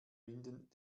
binden